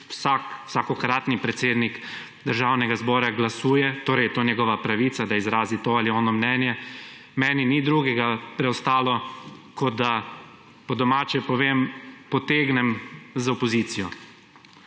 vsakokratni predsednik Državnega zbora glasuje, torej je to njegova pravica, da izrazi to ali ono mnenje, meni ni drugega preostalo kot da, po domače povem, potegnem z opozicijo.